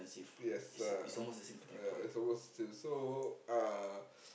yes uh ah is the worst still so uh